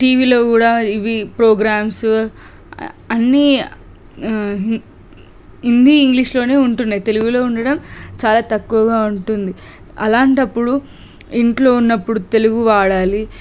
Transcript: టీవీలో కూడా ఇవి ప్రోగ్రామ్సు అన్ని హిందీ ఇంగ్లీష్లోనే ఉంటుండే తెలుగులో ఉండడం చాలా తక్కువగా ఉంటుంది అలాంటప్పుడు ఇంట్లో ఉన్నప్పుడు తెలుగు వాడాలి